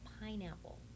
pineapple